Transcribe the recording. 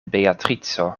beatrico